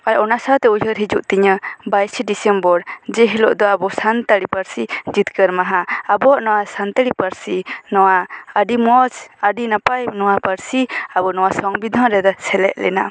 ᱟᱨ ᱚᱱᱟ ᱥᱟᱶᱛᱮ ᱩᱭᱦᱟᱹᱨ ᱦᱤᱡᱩᱜ ᱛᱤᱧᱟᱹᱵᱟᱭᱤᱥᱮ ᱰᱤᱥᱮᱢᱵᱚᱨ ᱡᱮ ᱦᱤᱞᱳᱜ ᱫᱚ ᱟᱵᱚ ᱥᱟᱱᱛᱟᱲᱤ ᱯᱟᱹᱨᱥᱤ ᱡᱤᱛᱠᱟᱹᱨ ᱢᱟᱦᱟ ᱟᱵᱚᱭᱟᱜ ᱱᱚᱣᱟ ᱥᱟᱱᱛᱟᱲᱤ ᱯᱟᱹᱨᱥᱤ ᱱᱚᱣᱟ ᱟᱹᱰᱤ ᱢᱚᱡᱽ ᱟᱹᱰᱤ ᱱᱟᱯᱟᱭ ᱱᱚᱣᱟ ᱯᱟᱹᱨᱥᱤ ᱟᱵᱚ ᱱᱚᱣᱟ ᱥᱚᱝᱵᱤᱫᱷᱟᱱ ᱨᱮᱫᱚ ᱥᱮᱞᱮᱫ ᱞᱮᱱᱟ